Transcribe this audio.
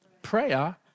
prayer